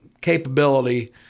capability –